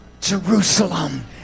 jerusalem